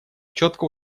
четко